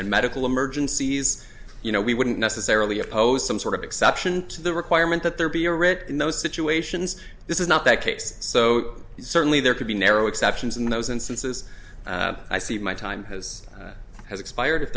and medical emergencies you know we wouldn't necessarily oppose some sort of exception to the requirement that there be a writ in those situations this is not that case so certainly there could be narrow exceptions in those instances i see my time has has expired if